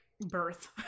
birth